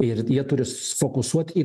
ir jie turi susifokusuot į